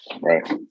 Right